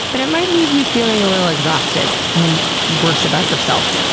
but it might leave you feeling a little exhausted and worse about yourself.